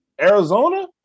Arizona